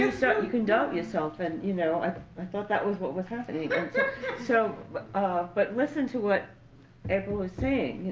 and so you can doubt yourself. and you know and i thought that was what was happening. and so but ah but listen to what april was saying.